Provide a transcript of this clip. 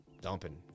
Dumping